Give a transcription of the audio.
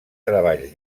treballs